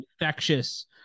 infectious